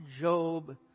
Job